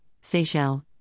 Seychelles